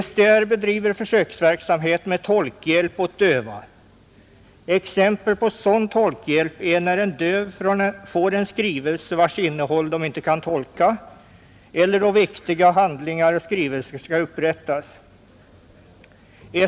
SDR bedriver försöksverksamhet med tolkhjälp åt döva. Exempel på sådan tolkning är när en döv får hjälp med en skrivelse vars innehåll han inte kan tolka eller när viktiga handlingar och skrivelser skall upprättas.